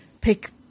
pick –